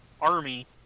army